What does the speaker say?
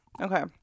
okay